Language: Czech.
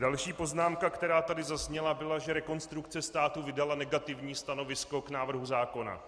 Další poznámka, která tady zazněla, byla, že Rekonstrukce státu vydala negativní stanovisko k návrhu zákona.